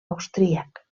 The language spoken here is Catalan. austríac